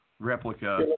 Replica